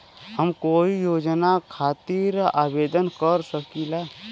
हम कोई योजना खातिर आवेदन कर सकीला?